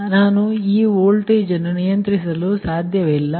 ಆದ್ದರಿಂದ ನಾನು ಈ ವೋಲ್ಟೇಜ್ ಅನ್ನು ನಿಯಂತ್ರಿಸಲು ಸಾಧ್ಯವಿಲ್ಲ